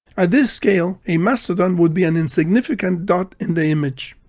at this scale, a mastodon would be an insignificant dot in the image.